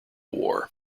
war